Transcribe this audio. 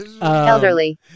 Elderly